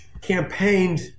campaigned